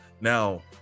now